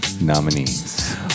nominees